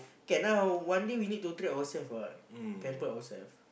can lah one day we need to treat ourselves what pampered ourselves